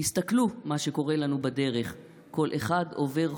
// הסתכלו מה שקורה לנו בדרך / כל אחד עובר,